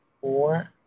four